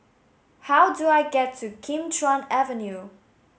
how do I get to Kim Chuan Avenue